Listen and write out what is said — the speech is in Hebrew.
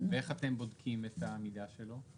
ואיך אתם בודקים את העמידה שלו?